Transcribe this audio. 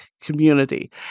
community